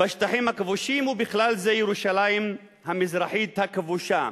בשטחים הכבושים ובכלל זה בירושלים המזרחית הכבושה.